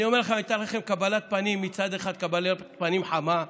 אני אומר לך, הייתה לכם מצד אחד קבלת פנים חמה,